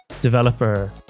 developer